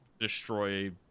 destroy